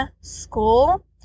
school